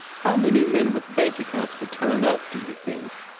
how many men with bank-accounts would turn up, do you think?